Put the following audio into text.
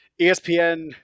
ESPN